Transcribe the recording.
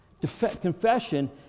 Confession